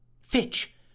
Fitch